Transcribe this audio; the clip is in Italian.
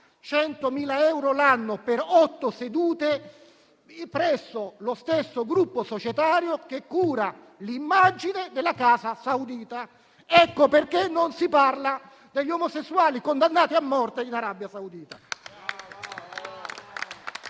100.000 euro l'anno per otto sedute presso lo stesso gruppo societario che cura l'immagine della casa saudita. Ecco perché non si parla degli omosessuali condannati a morte in Arabia Saudita.